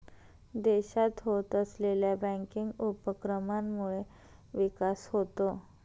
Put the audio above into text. देशात होत असलेल्या बँकिंग उपक्रमांमुळे विकास होतो